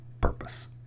purpose